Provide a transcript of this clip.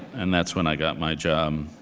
and that's when i got my job.